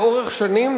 לאורך שנים,